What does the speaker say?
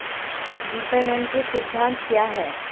विपणन के सिद्धांत क्या हैं?